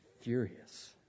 furious